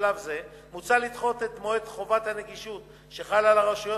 בשלב זה מוצע לדחות את מועד קיום חובת הנגישות שחל על הרשויות